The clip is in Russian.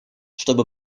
чтобы